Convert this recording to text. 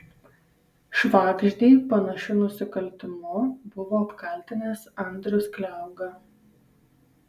švagždį panašiu nusikaltimu buvo apkaltinęs andrius kliauga